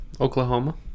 Oklahoma